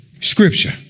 scripture